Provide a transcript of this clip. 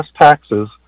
taxes